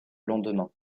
lendemain